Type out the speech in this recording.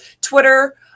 Twitter